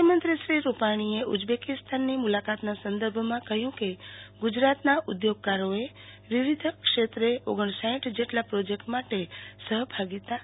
મુખ્યમંત્રી શ્રી રૂપાણીએ ઉઝબેકિસ્તાનની મુલાકાતના સંદર્ભમમાં કહ્યુ કે ગુજરાતના ઉધીગકારઓએ વિવિધ ક્ષેત્રે ઓગણ સાઈઠ જેટલા પ્રોજેક્ટ માટે સહભાગીતા કરી છે